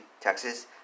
Texas